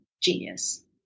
Genius